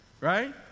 right